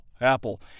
apple